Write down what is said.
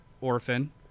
orphan